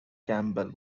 campbell